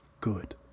Good